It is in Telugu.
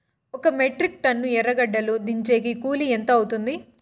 ఒక మెట్రిక్ టన్ను ఎర్రగడ్డలు దించేకి కూలి ఎంత అవుతుంది?